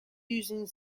using